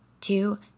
two